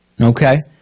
Okay